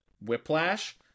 Whiplash